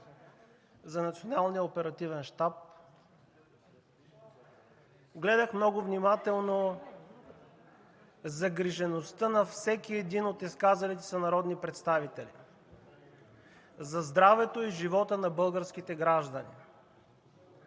за Националния оперативен щаб, гледах много внимателно загрижеността на всеки един от изказалите се народни представители за здравето и живота на българските граждани,